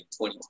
2020